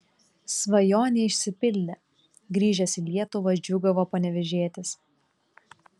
svajonė išsipildė grįžęs į lietuvą džiūgavo panevėžietis